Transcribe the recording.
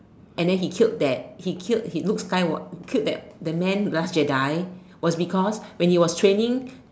and then he killed that he killed he Luke-Skywalk killed that man last Jedi because when he was training